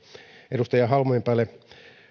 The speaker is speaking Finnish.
edustaja halmeenpäälle